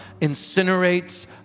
incinerates